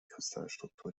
kristallstruktur